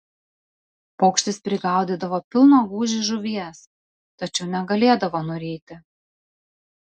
paukštis prigaudydavo pilną gūžį žuvies tačiau negalėdavo nuryti